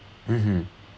mmhmm